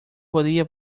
podía